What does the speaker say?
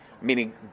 Meaning